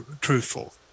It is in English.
truthful